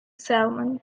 salmon